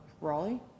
Raleigh